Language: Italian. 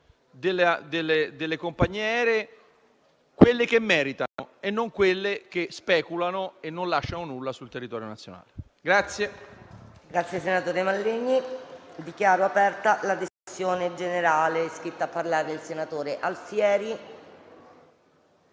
delle compagnie aeree che meritano, e non di quelle che speculano non lasciando nulla sul territorio nazionale.